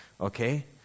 okay